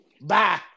bye